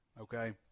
okay